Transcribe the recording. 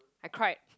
I cried